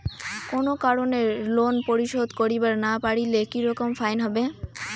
কোনো কারণে লোন পরিশোধ করিবার না পারিলে কি রকম ফাইন হবে?